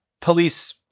police